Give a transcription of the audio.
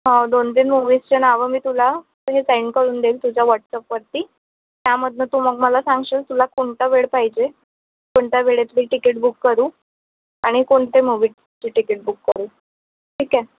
हो दोन तीन मुव्हीजचे नावं मी तुला मी सेंड करून देईन तुझ्या वॉट्सअपवरती त्यामधनं तू मग मला सांगशील तुला कोणता वेळ पाहिजे कोणत्या वेळेत मी टिकीट बुक करू आणि कोणत्या मुव्हीचे टिकीट बुक करू ठीक आहे